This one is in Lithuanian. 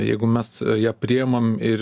jeigu mes ją priimam ir